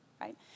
right